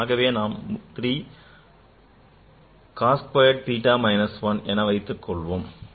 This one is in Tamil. ஆகவே நாம் 3 cos squared theta minus 1 என்று வைத்துக் கொள்வோம்